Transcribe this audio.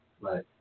Right